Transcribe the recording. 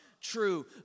true